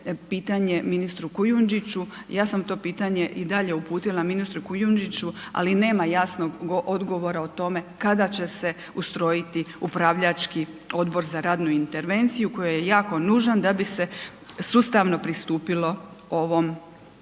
pitanje ministru Kujundžiću, ja sam to pitanje i dalje uputila ministru Kujundžiću ali nema jasnog odgovora o tome kada će se ustrojiti upravljački odbor za radnu intervenciju koji je jako nužan da bi se sustavno pristupilo ovom